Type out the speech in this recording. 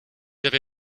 avez